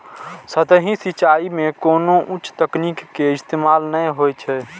सतही सिंचाइ मे कोनो उच्च तकनीक के इस्तेमाल नै होइ छै